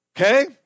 Okay